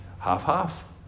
half-half